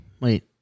Wait